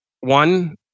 one